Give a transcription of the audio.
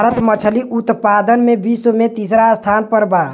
भारत मछली उतपादन में विश्व में तिसरा स्थान पर बा